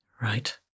Right